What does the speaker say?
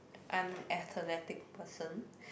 unathletic person